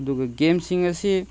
ꯑꯗꯨꯒ ꯒꯦꯝꯁꯤꯡ ꯑꯁꯤ